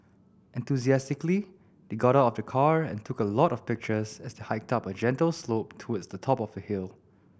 enthusiastically they got out of the car and took a lot of pictures as they hiked up a gentle slope towards the top of the hill